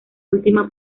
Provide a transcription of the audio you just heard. última